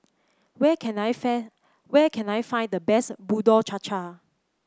where can I fan where can I find the best Bubur Cha Cha